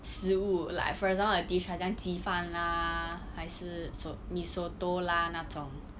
食物 like for example like 比如像鸡饭啦还是 so~ mee soto 啦那种